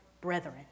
brethren